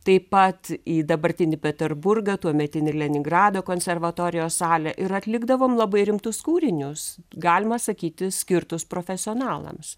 taip pat į dabartinį peterburgą tuometinį leningradą konservatorijos salę ir atlikdavom labai rimtus kūrinius galima sakyti skirtus profesionalams